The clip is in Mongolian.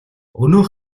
өнөөх